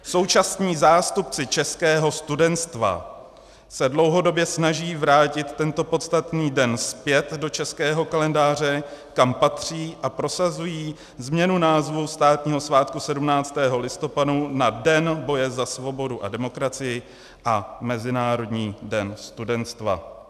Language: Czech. Současní zástupci českého studenstva se dlouhodobě snaží vrátit tento podstatný den zpět do českého kalendáře, kam patří a prosazují změnu názvu státního svátku 17. listopadu na Den boje za svobodu a demokracii a Mezinárodní den studenstva.